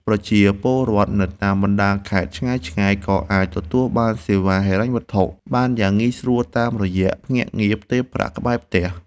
ប្រជាពលរដ្ឋនៅតាមបណ្តាខេត្តឆ្ងាយៗក៏អាចទទួលបានសេវាហិរញ្ញវត្ថុបានយ៉ាងងាយស្រួលតាមរយៈភ្នាក់ងារផ្ទេរប្រាក់ក្បែរផ្ទះ។